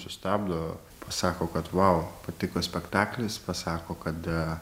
sustabdo pasako kad vau patiko spektaklis pasako kad